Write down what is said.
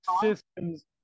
systems